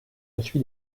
reçu